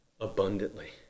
abundantly